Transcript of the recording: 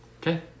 Okay